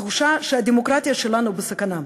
תחושה שהדמוקרטיה שלנו בסכנה.